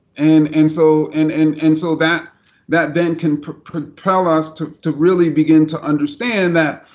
and and so and and and so that that then can propel us to to really begin to understand that,